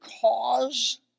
cause